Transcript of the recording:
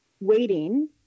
waiting